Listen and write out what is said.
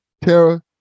Tara